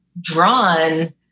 drawn